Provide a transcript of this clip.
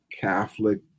Catholic